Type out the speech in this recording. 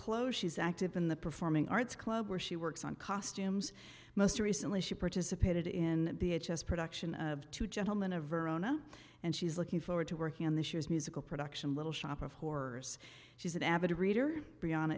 clothes she's active in the performing arts club where she works on costumes most recently she participated in the h s production of two gentlemen of verona and she's looking forward to working on this year's musical production little shop of horrors she's an avid reader b